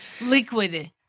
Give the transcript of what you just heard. liquid